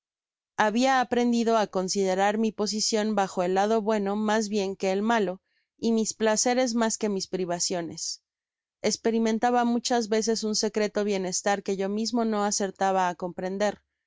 habia aprendido á considerar mi posicion bajo el lado bueno mas bien que el malo y mis placeres mas que mis privaciones esperimentaba algunas veces un secreto bienestar que yo mismo no acertaba á comprender